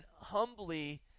humbly